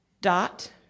dot